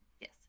Yes